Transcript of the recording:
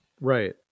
Right